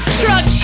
truck